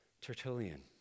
Tertullian